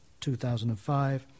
2005